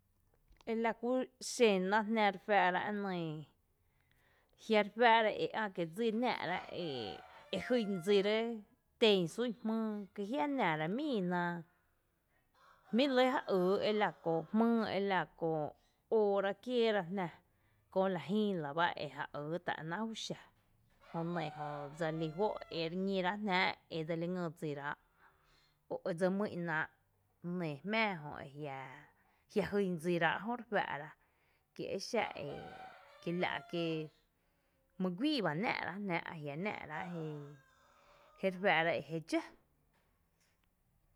Ela kú xena jná re juⱥⱥ’ e nɇɇ, jia re juⱥⱥ’ ra e ä’ kie’ dsí náa’ ra e jyn dsire tén sún jmýy kí jia’ nⱥra míí ná jmí’ re lɇ ja ýý ela kö jmýý ela köö óora kiéera jná köö la jïï lɇ bá ja ýý ta e náá’ jú xa jö nɇ jö dse lí juó’ ere ñíráa’ jnáá’ edse li ngý dsiráá’ o e dse mý’n náá’ e jmⱥⱥ jö eajia’ jyn dsirá’ re juⱥⱥ’ra kí exa kiela’ kie (nosise) mý guíi bá náá’ rá’ jná’ ajia náá’rá’ jére juⱥⱥ’ra e jé dxó.